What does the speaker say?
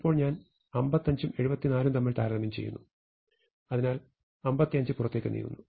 ഇപ്പോൾ ഞാൻ 55 ഉം 74 ഉം താരതമ്യം ചെയ്യുന്നു അതിനാൽ 55 പുറത്തേക്ക് നീങ്ങുന്നു